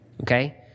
okay